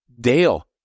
Dale